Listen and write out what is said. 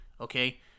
okay